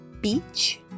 Beach